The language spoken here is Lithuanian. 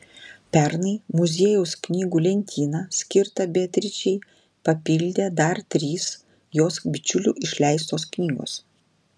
pernai muziejaus knygų lentyną skirtą beatričei papildė dar trys jos bičiulių išleistos knygos